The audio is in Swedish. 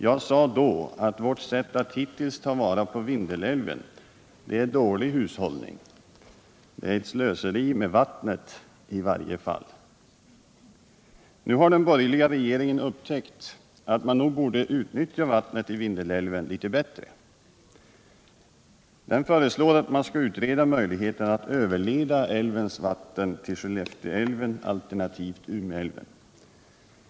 Jag sade då att vårt sätt att hittills ta vara på Vindelälven är dålig hushållning — det är ett slöseri med vattnet i varje fall. Nu har den borgerliga regeringen upptäckt att man nog borde utnyttja vattnet i Vindelälven litet bättre. Den föreslår att man skall utreda möjligheten att överleda älvens vatten till Skellefteälven alternativt Umeälven.